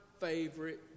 favorite